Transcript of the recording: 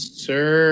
sir